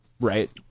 right